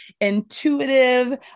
intuitive